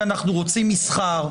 כי אנחנו רוצים מסחר,